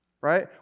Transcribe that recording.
right